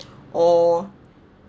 or